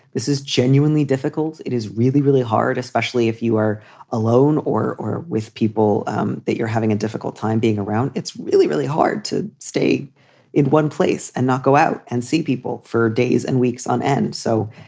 this is genuinely difficult. it is really, really hard, especially if you are alone or or with people that you're having a difficult time being around. it's really, really hard to stay in one place and not go out and see people for days and weeks on end. so